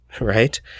Right